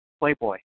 Playboy